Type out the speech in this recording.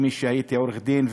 שהייתי עורך דין,